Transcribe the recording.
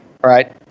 Right